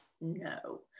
no